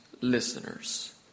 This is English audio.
listeners